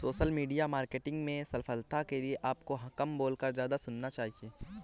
social media marketing में सफलता के लिए आपको कम बोलकर ज्यादा सुनना चाहिए